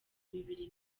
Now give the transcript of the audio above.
bibiri